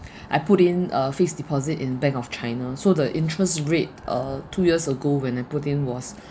I put in a fixed deposit in Bank of China so the interest rate uh two years ago when I put in was